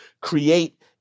Create